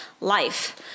life